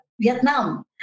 Vietnam